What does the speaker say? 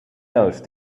nose